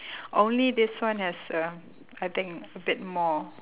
only this one has a I think a bit more